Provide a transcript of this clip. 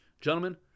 Gentlemen